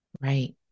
Right